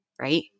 right